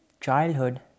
childhood